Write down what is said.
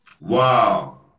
Wow